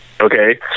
okay